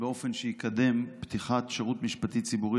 באופן שיקדם פתיחת השירות המשפטי הציבורי